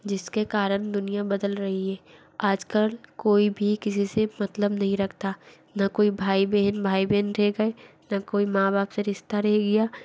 जिसके कारण दुनिया बदल रही है आज कल कोई भी किसी से मतलब नहीं रखता ना कोई भाई बहन भाई बहन रह गए ना कोई माँ बाप से रिश्ता रह गया